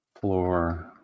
Floor